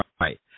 right